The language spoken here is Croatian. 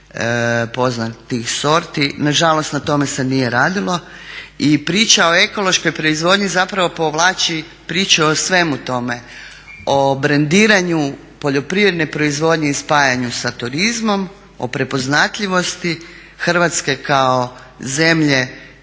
poznatih sorti. Na žalost na tome se nije radilo. I priča o ekološkoj proizvodnji zapravo povlači priče o svemu tome. O brendiranju poljoprivredne proizvodnje i spajanju sa turizmom, o prepoznatljivosti Hrvatske kao zemlje